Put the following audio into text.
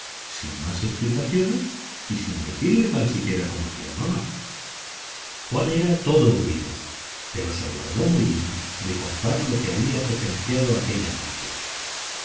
sin más explicaciones y sin decirle tan siquiera cómo se llamaba juan era todo oídos pero se guardó muy bien de contar lo que había presenciado aquella noche